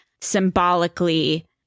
symbolically